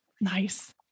Nice